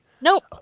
Nope